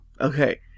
Okay